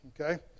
Okay